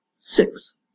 Six